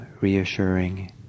reassuring